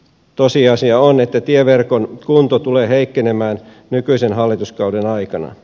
tosiasia on että tieverkon kunto tulee heikkenemään nykyisen hallituskauden aikana